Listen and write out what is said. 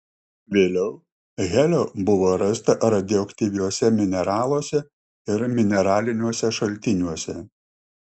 vėliau helio buvo rasta radioaktyviuose mineraluose ir mineraliniuose šaltiniuose